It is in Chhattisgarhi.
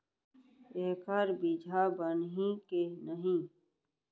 एखर बीजहा बनही के नहीं?